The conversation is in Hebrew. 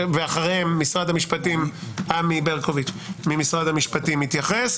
אחר-כך עמי ברקוביץ ממשרד המשפטים יתייחס,